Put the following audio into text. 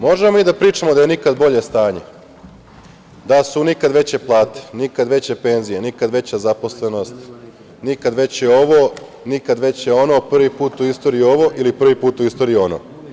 Možemo mi da pričamo da je nikad bolje stanje, da su nikad veće plate, nikad veće penzije, nikad veća zaposlenost, nikad veće ovo, nikad veće ono, prvi put u istoriji u ovo ili prvi put u istoriji ono.